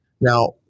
Now